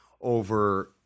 over